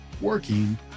working